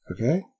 Okay